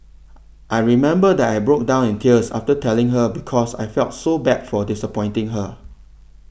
I remember that I broke down in tears after telling her because I felt so bad for disappointing her